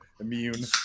immune